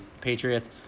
Patriots